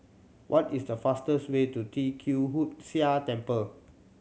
what is the fastest way to Tee Kwee Hood Sia Temple